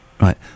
Right